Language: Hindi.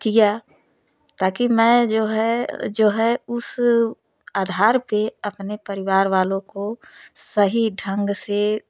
किया ताकि मैं जो है जो है उस आधार पे अपने परिवार वालों को सही ढंग से